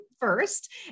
first